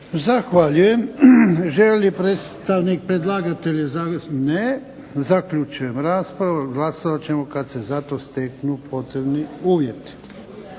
Zahvaljujem. Želi li predstavnik predlagatelja završno? Ne. Zaključujem raspravu. Glasovat ćemo kad se za to steknu potrebni uvjeti.